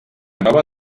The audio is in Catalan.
nova